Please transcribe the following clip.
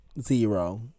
zero